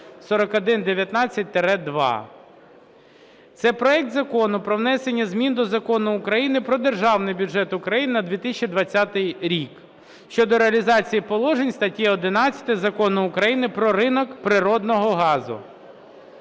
Це проект Закону про внесення змін до Закону України "Про Державний бюджет України на 2020 рік" (щодо реалізації положень статті 11 Закону України "Про ринок природного газу").